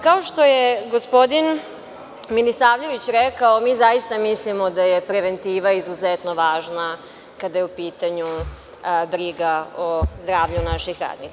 Kao što je gospodin Milisavljević rekao, zaista mislimo da je preventiva izuzetno važna kada je u pitanju briga o zdravlju naših radnika.